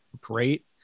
great